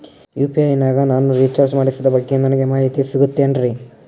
UPI ನಾಗ ನಾನು recharge ಮಾಡಿಸಿದ ಬಗ್ಗೆ ನನಗೆ ಮಾಹಿತಿ ಸಿಗುತೇನ್ರೀ?